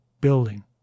building